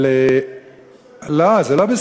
אבל, אבל זה בסדר, לא, זה לא בסדר.